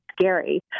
scary